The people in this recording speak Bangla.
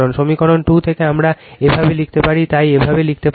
সমীকরণ 2 থেকে আমরা এভাবে লিখতে পারি তাই এভাবে লিখতে পারেন